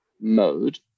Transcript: mode